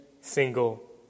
single